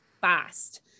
fast